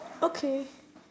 okay